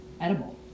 Edible